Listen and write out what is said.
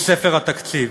מספר התקציב,